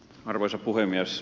arvoisa puhemies